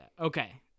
okay